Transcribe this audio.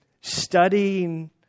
studying